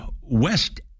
west